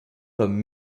comme